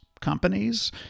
companies